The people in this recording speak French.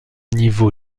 niveau